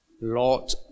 Lord